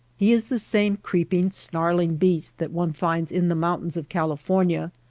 he is the same creeping, snarling beast that one finds in the mountains of california,